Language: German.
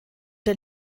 der